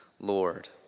Lord